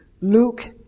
Luke